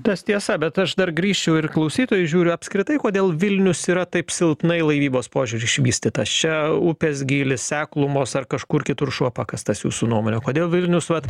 tas tiesa bet aš dar grįšiu ir klausytojai žiūriu apskritai kodėl vilnius yra taip silpnai laivybos požiūriu išvystytas čia upės gylis seklumos ar kažkur kitur šuo pakastas jūsų nuomone kodėl vilnius vat